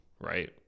right